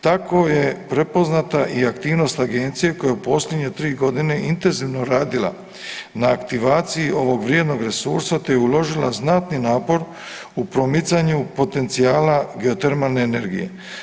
Tako je prepoznata i aktivnost agencije koja je u posljednje 3.g. intenzivno radila na aktivaciji ovog vrijednog resurstva, te je uložila znatni napor u promicanju potencijala geotermalne energije.